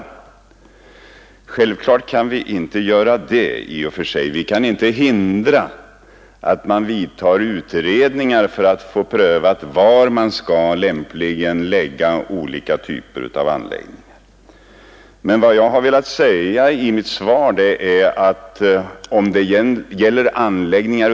Självfallet kan vi inte göra det; vi kan inte hindra att man gör utredningar om var man lämpligen bör placera olika typer av anläggningar.